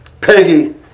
Peggy